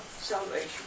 salvation